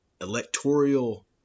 electoral